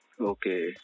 Okay